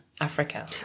Africa